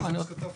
זה מה שכתבתם.